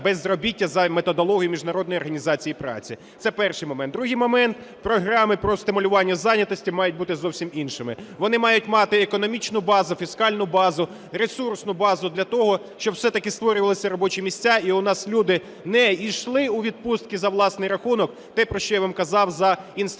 безробіття за методологією Міжнародної організації праці. Це перший момент. Другий момент – програми про стимулювання зайнятості мають бути зовсім іншими. Вони мають мати економічну базу, фіскальну базу, ресурсну базі для того, щоб створювалися ці робочі місця і у нас люди не йшли у відпустки за власний рахунок, те, що я вам казав за Інститут